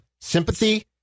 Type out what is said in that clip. sympathy